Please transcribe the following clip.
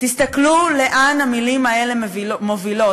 תסתכלו לאן המילים האלה מובילות,